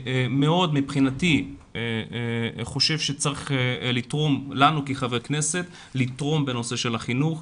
מבחינתי אני חושב שעלינו כחברי כנסת לתרום בנושא החינוך.